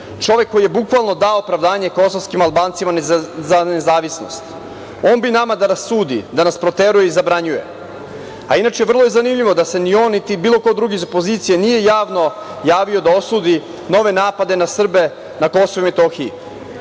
Čovek koji je bukvalno dao opravdanje kosovskim Albancima za nezavisnost. On bi nama da sudi, da nas proteruje i zabranjuje. Inače, vrlo je zanimljivo da se ni on niti bilo ko drugi iz opozicije nije javno javio da osudi nove napade na Srbe na Kosovu i Metohiji.